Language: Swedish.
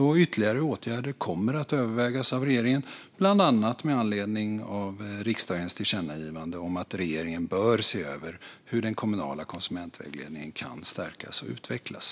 Och ytterligare åtgärder kommer att övervägas av regeringen, bland annat med anledning av riksdagens tillkännagivande om att regeringen bör se över hur den kommunala konsumentvägledningen kan stärkas och utvecklas.